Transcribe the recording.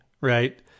right